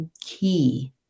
key